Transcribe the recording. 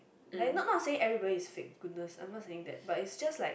like not not not saying everybody is fake goodness but is just like